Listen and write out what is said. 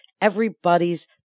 everybody's